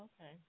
okay